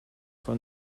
for